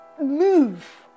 move